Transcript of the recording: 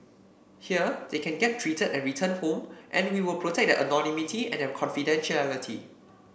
here they can get treated and return home and we will protect their anonymity and their confidentiality